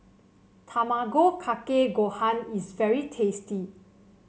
Tamago Kake Gohan is very tasty